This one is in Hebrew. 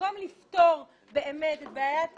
במקום לפתור באמת את בעיית